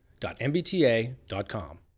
mbta.com